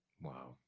Wow